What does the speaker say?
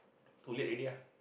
too late already lah